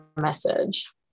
message